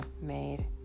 made